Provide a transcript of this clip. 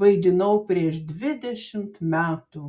vaidinau prieš dvidešimt metų